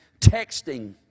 texting